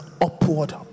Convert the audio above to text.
upward